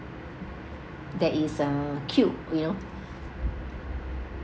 that is cute you know